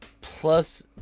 Plus